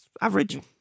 average